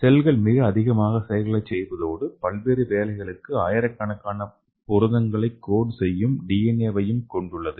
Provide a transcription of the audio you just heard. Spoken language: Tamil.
செல்கள் மிக அதிகமான செயல்களைச் செய்வதோடு பல்வேறு வேலைகளுக்கான ஆயிரக்கணக்கான புரதங்களை கோடு செய்யும் டிஎன்ஏ வையும் கொண்டுள்ளது